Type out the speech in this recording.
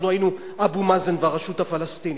אנחנו היינו אבו מאזן והרשות הפלסטינית.